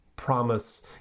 promise